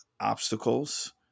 obstacles